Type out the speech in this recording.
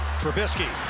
trubisky